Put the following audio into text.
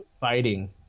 fighting